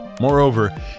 Moreover